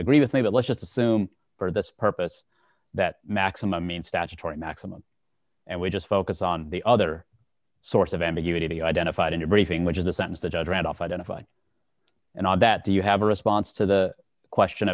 me but let's just assume for this purpose that maximum in statutory maximum and we just focus on the other sorts of ambiguity identified in your briefing which is a sentence that i'd read off identify and on that do you have a response to the question